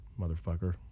motherfucker